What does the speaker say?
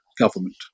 government